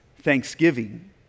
thanksgiving